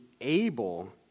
able